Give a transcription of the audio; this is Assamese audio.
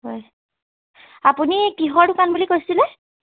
হয় আপুনি কিহৰ দোকান বুলি কৈছিলে